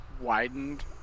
widened